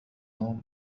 توم